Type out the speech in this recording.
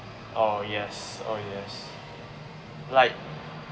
oh yes oh yes like